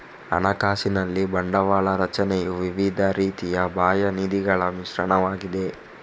ಹಣಕಾಸಿನಲ್ಲಿ ಬಂಡವಾಳ ರಚನೆಯು ವಿವಿಧ ರೀತಿಯ ಬಾಹ್ಯ ನಿಧಿಗಳ ಮಿಶ್ರಣವಾಗಿದೆ